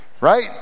right